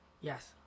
Yes